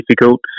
difficult